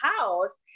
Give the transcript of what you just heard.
house